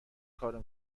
کارو